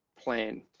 plan